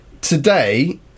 today